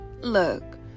look